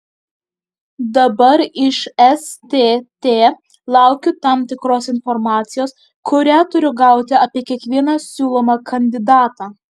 dabar iš stt laukiu tam tikros informacijos kurią turiu gauti apie kiekvieną siūlomą kandidatą